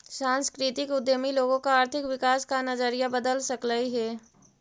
सांस्कृतिक उद्यमी लोगों का आर्थिक विकास का नजरिया बदल सकलई हे